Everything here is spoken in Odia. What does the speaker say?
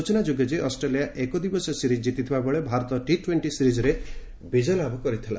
ସ୍ବଚନା ଯୋଗ୍ୟ ଯେ ଅଷ୍ଟ୍ରେଲିଆ ଏକଦିବସୀୟ ସିରିଜ୍ ଜିତିଥିବାବେଳ ଭାରତ ଟି ଟ୍ସେଂଟି ସିରିଜ୍ରେ ବିଜୟ ଲାଭ କରିଥିଲା